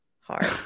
hard